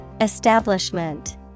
Establishment